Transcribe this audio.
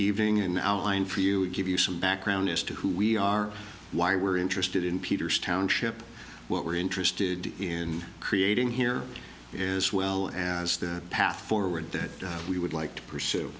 evening an outline for you give you some background as to who we are why we're interested in peter's township what we're interested in creating here as well as the path forward that we would like to pursue